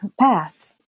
path